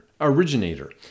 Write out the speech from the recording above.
originator